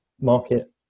market